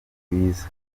rwiza